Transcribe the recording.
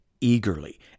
eagerly